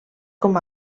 com